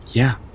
yeah.